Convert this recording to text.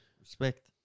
respect